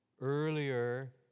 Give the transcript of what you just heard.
earlier